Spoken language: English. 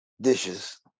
Dishes